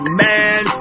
man